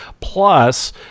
plus